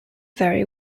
very